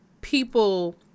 people